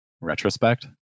Retrospect